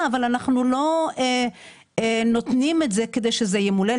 אבל אנחנו לא נותנים את זה כדי שזה ימולא.